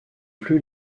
plus